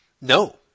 No